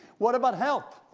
what about health?